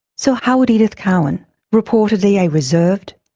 so how would edith cowan reportedly a reserved,